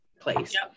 place